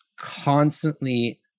constantly